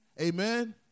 Amen